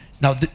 Now